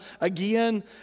again